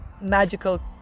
magical